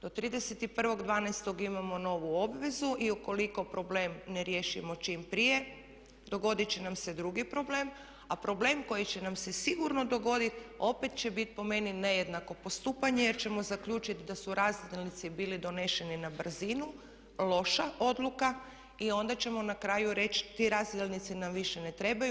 Do 31.12. imamo novu obvezu i ukoliko problem ne riješimo čim prije dogodit će nam se drugi problem, a problem koji će nam se sigurno dogoditi opet će bit po meni nejednako postupanje, jer ćemo zaključiti da su razdjelnici bili doneseni na brzinu, loša odluka i onda ćemo na kraju reći ti razdjelnici nam više ne trebaju.